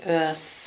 earth